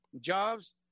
jobs